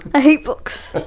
i hate books.